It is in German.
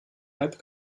hype